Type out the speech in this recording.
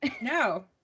No